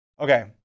Okay